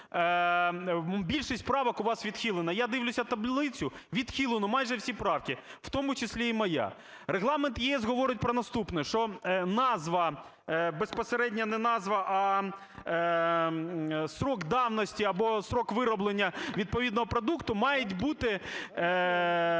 більшість правок у вас відхилена? Я дивлюся таблицю, відхилено майже всі правки, в тому числі і моя. Регламент ЄС говорить про наступне, що назва, безпосередня не назва, а строк давності або строк вироблення відповідного продукту мають бути